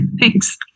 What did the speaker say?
Thanks